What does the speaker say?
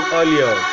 earlier